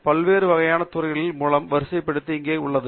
பல்வேறு வகையான துறைகள் மூலம் வரிசைப்படுத்த இங்கே ஒரு திறனை இங்கே உள்ளது